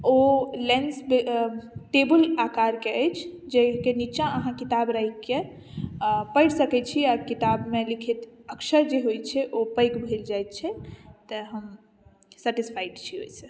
ओ lens table आकारके अछि जाहिके निचाँ अहाँ किताब राखिके पढ़ि सकै छी आओर किताबमे लिखित अक्षर जे होइ छै ओ पैघ भेल जाइत छै तऽ हम सैटिस्फाइड छी ओहिसँ